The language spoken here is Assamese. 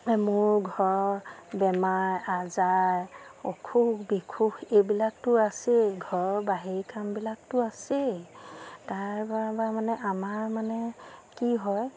মোৰ ঘৰৰ বেমাৰ আজাৰ অসুখ বিসুখ এইবিলাকতো আছেই ঘৰৰ বাহিৰ কামবিলাকতো আছেই তাৰপৰা মানে আমাৰ মানে কি হয়